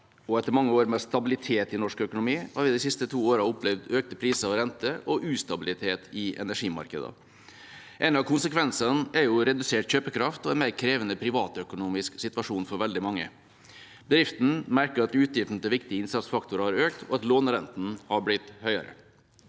Etter mange år med stabilitet i norsk økonomi har vi de siste to årene opplevd økte priser og renter og ustabilitet i energimarkedene. En av konsekvensene er redusert kjøpekraft og en mer krevende privatøkonomisk situasjon for veldig mange. Bedriftene merker at utgiftene til viktige innsatsfaktorer har økt, og at lånerenten har blitt høyere.